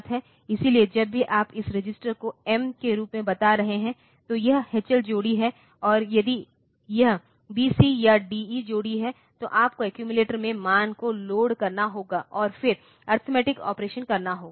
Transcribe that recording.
इसलिए जब भी आप इस रजिस्टर को एम के रूप में बता रहे हैं तो यह एचएल जोड़ी है और यदि यह बीसी या डीई जोड़ी है तो आपको एक्यूमिलेटर में मान को लोड करना होगा और फिर अरिथमेटिक ऑपरेशन करना होगा